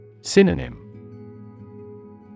Synonym